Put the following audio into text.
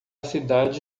cidade